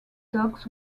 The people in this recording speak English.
dogs